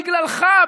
בגללך,